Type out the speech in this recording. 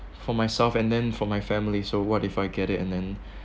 for myself and then for my family so what if I get it and then